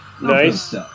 Nice